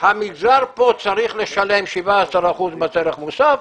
המגזר כאן צריך לשלם 17 אחוזים מס ערך מוסף,